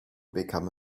become